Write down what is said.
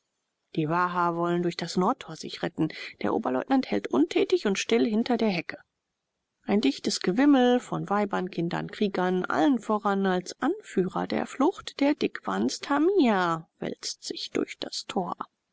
die waha wollen durch das nordtor sich retten der oberleutnant hält untätig und still hinter der hecke ein dichtes gewimmel von weibern kindern kriegern allen voran als anführer der flucht der dickwanst hamia wälzt sich durch das tor